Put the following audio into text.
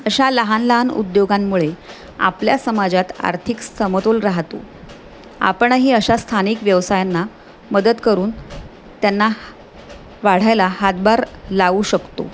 अशा लहान लहान उद्योगांमुळे आपल्या समाजात आर्थिक समतोल राहतो आपणही अशा स्थानिक व्यवसायांना मदत करून त्यांना ह वाढायला हातभार लावू शकतो